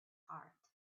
heart